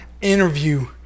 interview